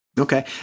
Okay